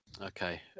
Okay